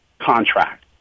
contract